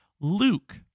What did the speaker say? Luke